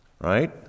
Right